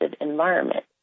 environment